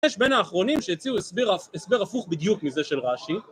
יש בין האחרונים שהציעו הסבר הפוך בדיוק מזה של רש"י